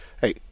hey